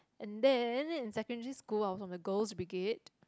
and then in secondary school I was from the girl's brigade